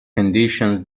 conditions